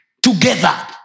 Together